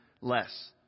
less